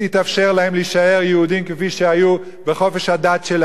להם להישאר יהודים כפי שהיו בחופש הדת שלהם,